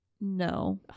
No